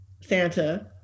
Santa